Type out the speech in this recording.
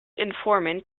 information